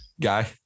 guy